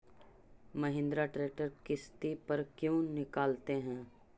Mahindra tractor किसति पर क्यों निकालते हैं?